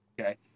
Okay